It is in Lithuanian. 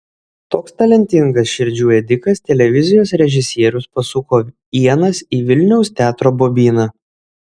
toks talentingas širdžių ėdikas televizijos režisierius pasuko ienas į vilniaus teatro bobyną